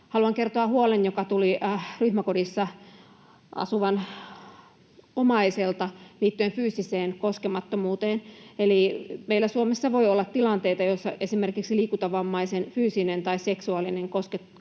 Haluan kertoa huolen, joka tuli ryhmäkodissa asuvan omaiselta liittyen fyysiseen koskemattomuuteen. Meillä Suomessa voi olla tilanteita, joissa esimerkiksi liikuntavammaisen fyysinen tai seksuaalinen